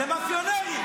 זה מאפיונרים.